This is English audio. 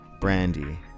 Brandy